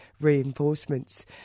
reinforcements